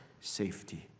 safety